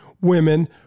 women